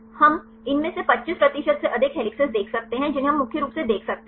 हम इनमें से 25 प्रतिशत से अधिक हेलिसेस देख सकते हैं जिन्हें हम मुख्य रूप से देख सकते हैं